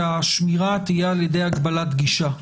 שהשמירה תהיה על ידי הגבלת גישה.